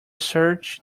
search